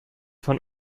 von